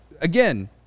Again